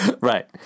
Right